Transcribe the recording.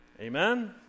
Amen